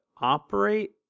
operate